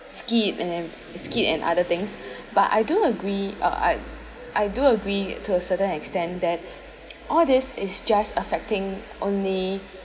skit and skit and other things but I do agree uh I I do agree to a certain extent that all these is just affecting only